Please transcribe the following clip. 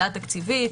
תקציבית,